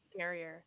scarier